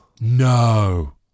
No